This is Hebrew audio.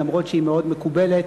אף שהיא מאוד מקובלת,